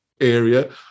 area